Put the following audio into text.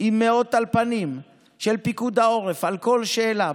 עם מאות טלפנים של פיקוד העורף לכל שאלה,